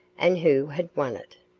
and who had won it.